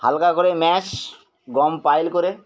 হালকা করে ম্যাশ গম পাইল করে